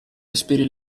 respiri